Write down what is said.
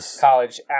college